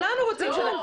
כולנו רוצים להתקדם.